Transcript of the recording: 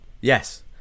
Yes